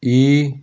E